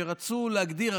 שרצו להגדיר.